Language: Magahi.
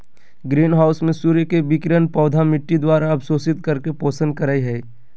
ग्रीन हाउस में सूर्य के विकिरण पौधा मिट्टी द्वारा अवशोषित करके पोषण करई हई